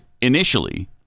initially